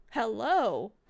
Hello